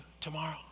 tomorrow